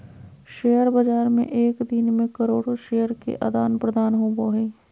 share बाज़ार में एक दिन मे करोड़ो शेयर के आदान प्रदान होबो हइ